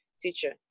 teacher